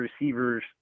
receivers